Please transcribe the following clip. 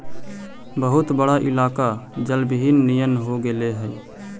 बहुत बड़ा इलाका जलविहीन नियन हो गेले हई